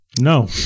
No